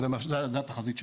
זו התחזית שלנו.